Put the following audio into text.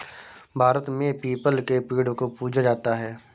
भारत में पीपल के पेड़ को पूजा जाता है